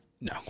No